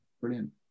brilliant